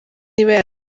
niba